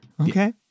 okay